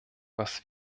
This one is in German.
was